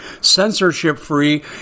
censorship-free